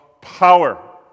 power